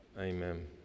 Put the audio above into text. Amen